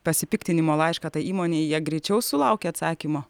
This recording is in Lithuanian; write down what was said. pasipiktinimo laišką tai įmonei jie greičiau sulaukia atsakymo